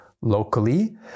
locally